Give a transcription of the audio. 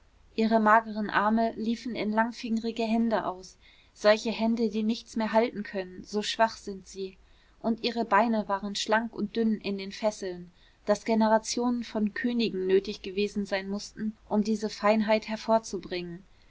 ihre mageren arme liefen in langfingrige hände aus solche hände die nichts mehr halten können so schwach sind sie und ihre beine waren schlank und dünn in den fesseln daß generationen von königen nötig gewesen sein mußten um diese feinheit hervorzubringen